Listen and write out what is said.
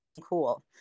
Cool